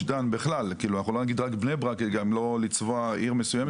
דן בכלל אנחנו לא נצבע עיר מסוימת,